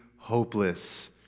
hopeless